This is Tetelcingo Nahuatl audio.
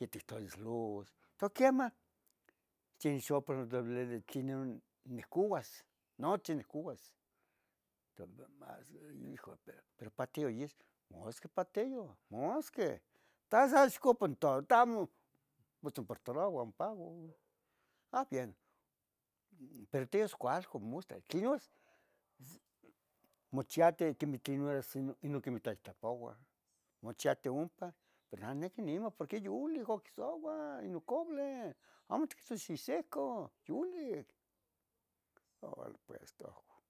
yotictlolis luz, quitoua quemah nihcouas, nochi nihcouas, toua pero mas hijo pero patioh is, Musqui paioh musqui toua xa ixcopa tamo mitzonportaua uan pago. Ah, bien, pero tias cualcan mustla ¿tlen horas? mochiati quemeh tlenoras inon tlaitlapouah, mmochiatiu ompa pero neh niquinima poeque yolic oc soua inon cable, amo tiquehtos ihsishca, yolic, orale pues ta ohco ona